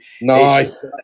nice